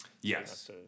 yes